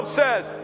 says